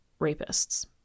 rapists